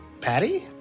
Patty